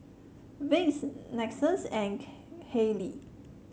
Vicks Lexus and Haylee